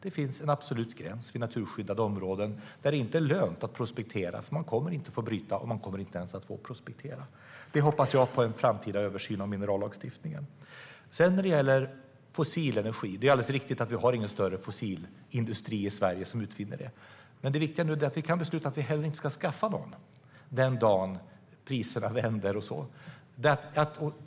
Det finns en absolut gräns vid naturskyddade områden där det inte är lönt att prospektera, för man kommer inte att få bryta och man kommer inte ens att få prospektera. Jag hoppas på en framtida översyn av minerallagstiftningen när det gäller detta. Det är alldeles riktigt att vi inte har någon större fossilindustri i Sverige. Men det viktiga nu är att vi kan besluta att vi heller inte ska skaffa någon den dagen priserna vänder.